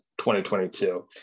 2022